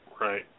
Right